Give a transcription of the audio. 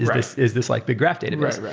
is this is this like bit graph database. right.